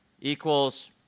equals